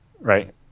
Right